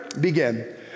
Begin